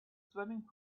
swimming